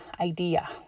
idea